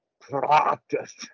Practice